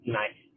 nice